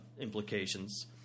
implications